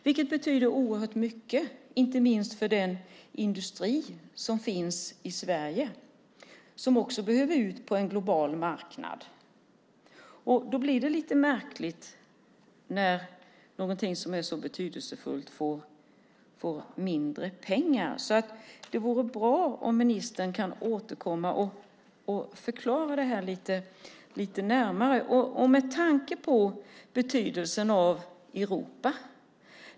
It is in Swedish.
Det betyder oerhört mycket, inte minst för den industri som finns i Sverige och som behöver komma ut på en global marknad. Då blir det lite märkligt när någonting som är så betydelsefullt får mindre pengar. Det vore bra om ministern kunde återkomma och förklara det här lite närmare, med tanke på betydelsen av Europa.